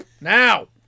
now